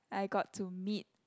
I got to meet